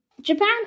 Japan